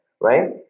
right